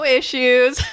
issues